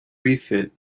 refit